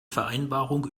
vereinbarung